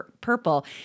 purple